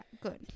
good